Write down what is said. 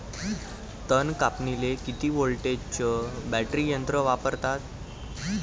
तन कापनीले किती व्होल्टचं बॅटरी यंत्र वापरतात?